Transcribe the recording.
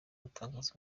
gutangaza